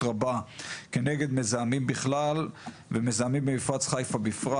רבה כנגד מזהמים בכלל ומזהמים במפרץ חיפה בפרט.